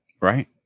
right